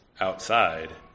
outside